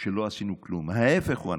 שלא עשינו כלום, ההפך הוא הנכון.